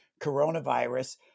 coronavirus